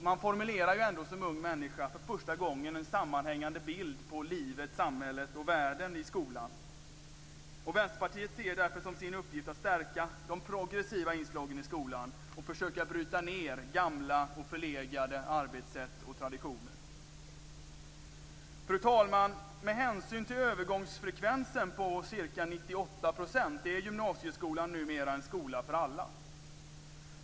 Man formulerar ändå som ung människa för första gången en sammanhängande bild av livet, samhället och världen i skolan. Vänsterpartiet ser det därför som sin uppgift att stärka de progressiva inslagen i skolan och att försöka bryta ned gamla och förlegade arbetssätt och traditioner. Fru talman! Med hänsyn till övergångsfrekvensen på ca 98 % är gymnasieskolan numera en skola för alla.